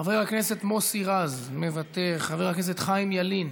חבר הכנסת מוסי רז, מוותר, חבר הכנסת חיים ילין,